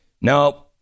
No